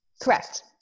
Correct